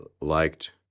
liked